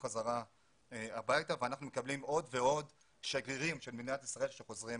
הביתה ואנחנו מקבלים עוד ועוד שגרירים של מדינת ישראל שחוזרים